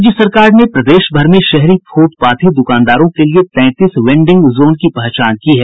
राज्य सरकार ने प्रदेश भर में शहरी फुटपाथी दुकानदारों के लिए तैंतीस वेंडिंग जोन की पहचान की है